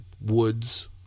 woods